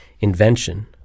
invention